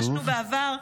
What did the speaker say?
-- שנטשנו בעבר,